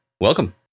Welcome